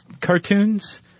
cartoons